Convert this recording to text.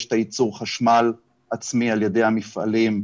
יש את הייצור חשמל עצמי על ידי המפעלים,